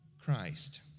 Christ